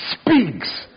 speaks